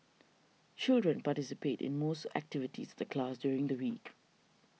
children participate in most activities of the class during the week